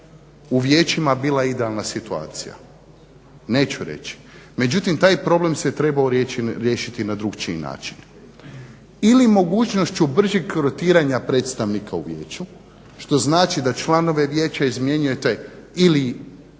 u vijećima vila idealna situacija. Neću reći, međutim taj problem se trebao riješiti na drukčiji način. Ili mogućnošću bržeg rotiranja predstavnika u vijeću što znači da članove vijeća izmjenjujete ili